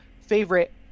favorite